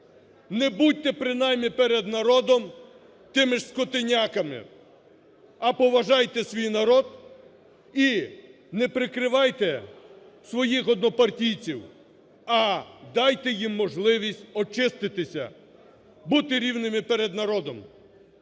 не будьте принаймні перед народом тими ж скотиняками, а поважайте свій народ і не прикривайте своїх однопартійців, а дайте їм можливість очиститися, бути рівними перед народом